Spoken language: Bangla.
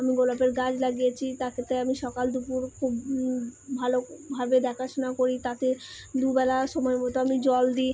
আমি গোলাপের গাছ লাগিয়েছি তাতে আমি সকাল দুপুর খুব ভালোভাবে দেখাশুনা করি তাতে দুবেলা সময় মতো আমি জল দিই